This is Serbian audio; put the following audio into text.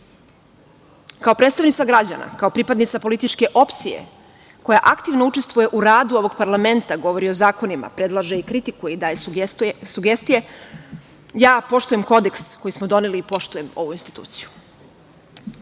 predstavnica građana, kao pripadnica političke opcije koja aktivno učestvuje u radu ovog parlamenta, govori o zakonima, predlaže, kritikuje i daje sugestije, poštujem kodeks koji smo doneli i poštujem ovu instituciju. Kao